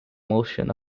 motion